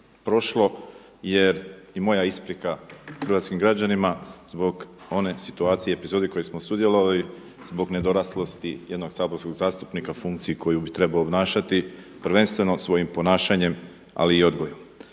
prošlo jer i moja isprika hrvatskim građanima zbog one situacije, epizode kojoj smo sudjelovali zbog nedoraslosti jednog saborskog zastupnika funkciji koju bi trebao obnašati prvenstveno svojim ponašanjem ali i odgojem.